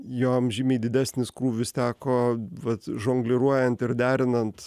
joms žymiai didesnis krūvis teko vat žongliruojant ir derinant